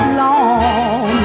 long